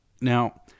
Now